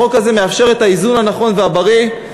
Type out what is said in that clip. החוק הזה מאפשר את האיזון הנכון והבריא,